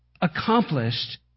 accomplished